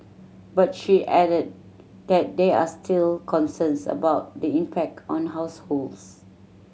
but she added that there are still concerns about the impact on households